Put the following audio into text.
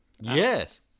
Yes